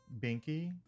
Binky